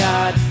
God